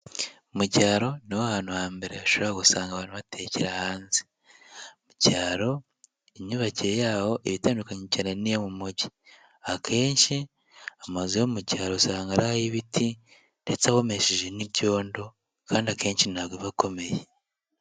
Mu cyaro niho ahantu hambere ushobora usanga abantu batekera hanze, mu cyaro imyubakire yabo iba itandukanye cyane n'iyo mu mujyi, akenshi amazu yo mu cyaro usanga ari ay'ibiti ndetse ahomesheje n'ibyondo kandi akenshi ntabwo bakomeye.